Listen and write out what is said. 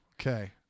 Okay